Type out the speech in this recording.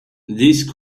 these